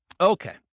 Okay